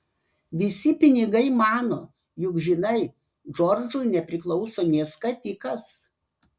visi pinigai mano juk žinai džordžui nepriklauso nė skatikas